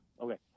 Okay